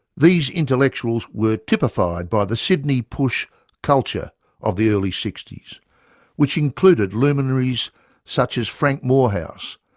these intellectuals were typified by the sydney push culture of the early sixty s which included luminaries such as frank moorhouse,